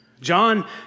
John